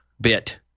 bit